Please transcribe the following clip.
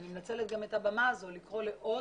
אני מנצלת גם את הבמה הזאת לקרוא לעוד